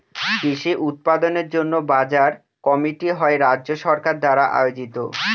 কৃষি উৎপাদনের জন্য বাজার কমিটি হয় রাজ্য সরকার দ্বারা আয়োজিত